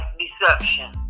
deception